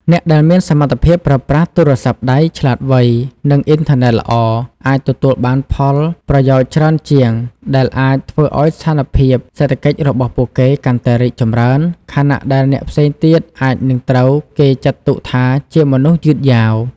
អ្នកដែលមានសមត្ថភាពប្រើប្រាស់ទូរស័ព្ទដៃឆ្លាតវៃ និងអ៊ីនធឺណិតល្អអាចទទួលបានផលប្រយោជន៍ច្រើនជាង ដែលអាចធ្វើឱ្យស្ថានភាពសេដ្ឋកិច្ចរបស់ពួកគេកាន់តែរីកចម្រើន ខណៈដែលអ្នកផ្សេងទៀតអាចនឹងត្រូវគេចាត់ទុកថាជាមនុស្សយឺតយ៉ាវ។